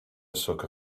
sucker